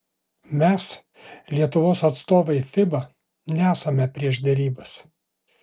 mes lietuvos atstovai fiba nesame prieš derybas